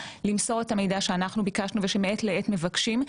למסור את המידע שאנחנו ביקשנו ושמעת לעת מבקשים,